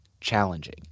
challenging